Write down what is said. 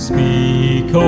Speak